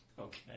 Okay